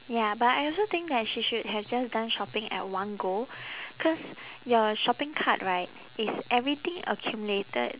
ya but I also think that she should have just done shopping at one go cause your shopping cart right it's everything accumulated